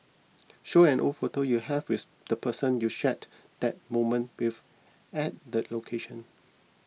show an old photo you have with the person you shared that moment with at that location